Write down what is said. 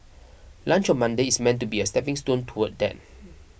lunch on Monday is meant to be a stepping stone toward that